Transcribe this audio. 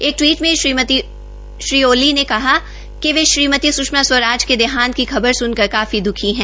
एक टिवीट में श्री ओली ने कहा कि वह श्रीमती सृषमा स्वराज के देहांत की खबर सुनकर काफी द्वखी है